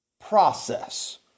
process